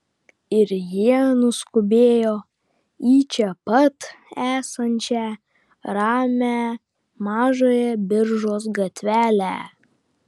ir jie nuskubėjo į čia pat esančią ramią mažąją biržos gatvelę